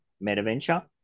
meta-venture